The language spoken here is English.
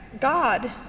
God